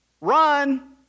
run